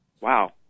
wow